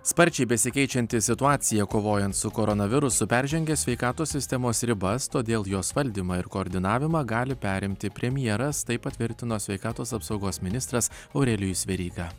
sparčiai besikeičianti situacija kovojant su koronavirusu peržengia sveikatos sistemos ribas todėl jos valdymą ir koordinavimą gali perimti premjeras tai patvirtino sveikatos apsaugos ministras aurelijus veryga